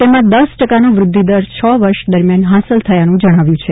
તેમાં દસ ટકાનો વ્રદ્વિ દર છ વર્ષ દરમિયાન હાંસલ થયાનું જજ્ઞાવ્યું છે